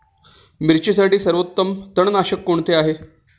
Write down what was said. मिरचीसाठी सर्वोत्तम तणनाशक कोणते आहे?